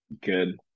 Good